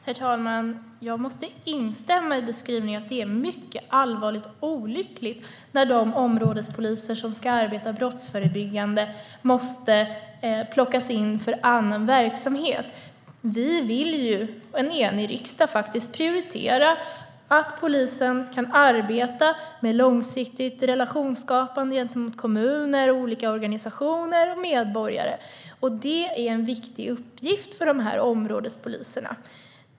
Herr talman! Jag måste instämma i beskrivningen att det är mycket allvarligt och olyckligt när de områdespoliser som ska arbeta brottsförebyggande måste plockas in för annan verksamhet. En enig riksdag vill ju prioritera så att polisen kan arbeta med långsiktigt relationsskapande gentemot kommuner, olika organisationer och medborgare. Det är en viktig uppgift för områdespoliserna.